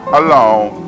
alone